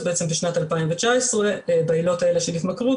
אז בשנת 2019 בעילות האלה של התמכרות,